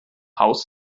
haus